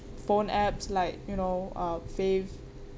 phone apps like you know uh fave